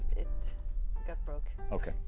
it got broken ok.